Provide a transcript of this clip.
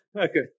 Okay